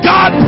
God